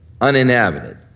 uninhabited